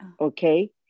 okay